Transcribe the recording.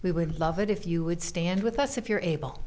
we would love it if you would stand with us if you're able